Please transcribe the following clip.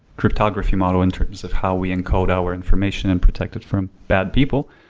cryptography model in terms of how we encode our information and protect it from bad people.